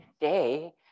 day